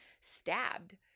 stabbed